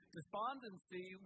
despondency